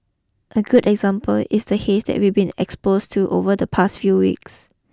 a good example is the haze that we've been exposed to over the past few weeks